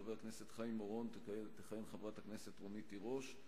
במקום חבר הכנסת חיים אורון תכהן חברת הכנסת רונית תירוש,